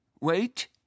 Wait